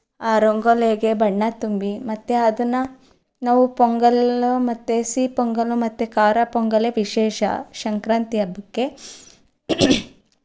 ಆ ರಂಗೋಲಿಗೆ ಬಣ್ಣ ತುಂಬಿ ಮತ್ತು ಅದನ್ನು ನಾವು ಪೊಂಗಲ್ ಮತ್ತೆ ಸಿಹಿ ಪೊಂಗಲು ಮತ್ತೆ ಖಾರ ಪೊಂಗಲೆ ವಿಶೇಷ ಸಂಕ್ರಾಂತಿ ಹಬ್ಬಕ್ಕೆ